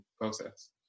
process